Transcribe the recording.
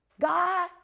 God